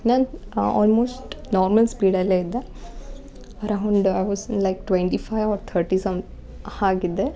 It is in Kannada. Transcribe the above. ನಾನು ಅ ಆಲ್ಮೋಸ್ಟ್ ನಾರ್ಮಲ್ ಸ್ಪೀಡಲ್ಲೇ ಇದ್ದೆ around I was like twenty five or thirty some ಹಾಗಿದ್ದೆ